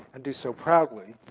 and do so proudly.